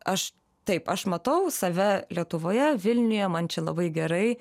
aš taip aš matau save lietuvoje vilniuje man čia labai gerai